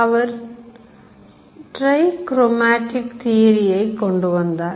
அவர் Trichromatic Theory ஐ கொண்டுவந்தார்